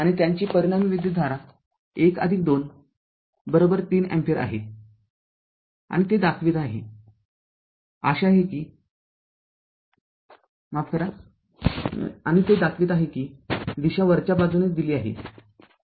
आणित्यांची परिणामी विद्युतधारा १२३ अँपिअर आहे आणि ते दाखवीत आहे कि दिशा वरच्या बाजूने दिली आहे